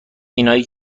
اینایی